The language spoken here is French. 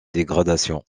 dégradation